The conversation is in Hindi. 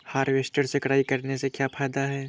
हार्वेस्टर से कटाई करने से क्या फायदा है?